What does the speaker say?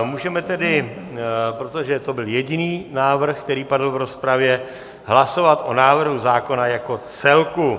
Můžeme tedy, protože to byl jediný návrh, který padl v rozpravě, hlasovat o návrhu zákona jako celku.